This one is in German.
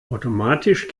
automatisch